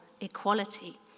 equality